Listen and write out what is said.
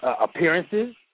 appearances